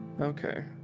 Okay